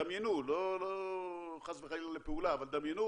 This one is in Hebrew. דמיינו, לא חס וחלילה לפעולה, אבל דמיינו